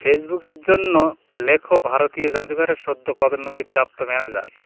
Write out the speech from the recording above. ফেসবুকের জন্য লেখ ভারতীয় জাদুঘরের সদ্য পদোন্নতিপ্রাপ্ত ম্যানেজার